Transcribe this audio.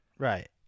Right